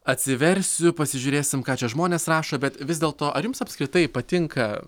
atsiversiu pasižiūrėsim ką čia žmonės rašo bet vis dėlto ar jums apskritai patinka